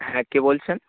হ্যাঁ কে বলছেন